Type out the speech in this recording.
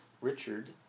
Richard